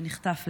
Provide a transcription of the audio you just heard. שנחטף לעזה.